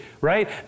right